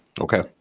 okay